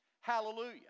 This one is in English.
Hallelujah